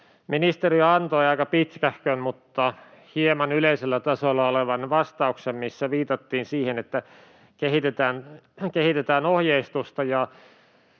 Ministeriö antoi aika pitkähkön mutta hieman yleisellä tasolla olevan vastauksen, missä viitattiin siihen, että kehitetään ohjeistusta